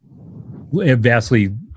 Vastly